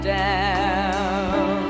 down